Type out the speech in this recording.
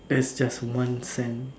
that's just one cent